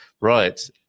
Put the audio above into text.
Right